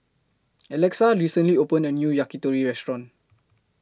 Alexa recently opened A New Yakitori Restaurant